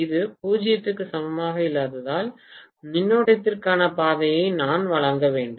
இது 0 க்கு சமமாக இல்லாததால் மின்னோட்டத்திற்கான பாதையை நான் வழங்க வேண்டும்